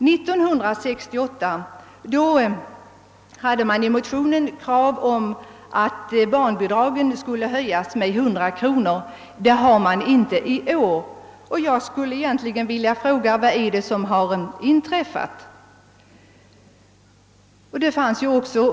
1968 framfördes i motionen krav på att barnbidragen skulle höjas med 100 kronor. Något sådant krav återfinnes inte i år. Jag skulle därför vilja fråga vad som har inträffat.